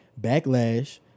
backlash